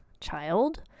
child